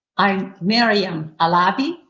i'm maryam alavi,